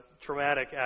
traumatic